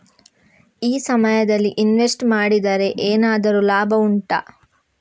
ಈ ಸಮಯದಲ್ಲಿ ಇನ್ವೆಸ್ಟ್ ಮಾಡಿದರೆ ಏನಾದರೂ ಲಾಭ ಉಂಟಾ